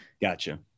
gotcha